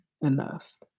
enough